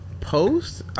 Post